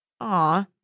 Aw